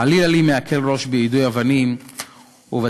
חלילה לי מלהקל ראש ביידוי אבנים ובתוצאות